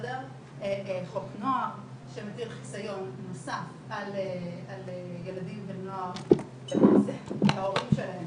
חוק נוער שמטיל חיסיון נוסף על ילדים ונוער וההורים שלהם